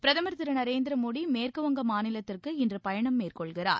பிரதமர் திரு நரேந்திர மோடி மேற்குவங்க மாநிலத்திற்கு இன்று பயணம் மேற்கொள்கிறார்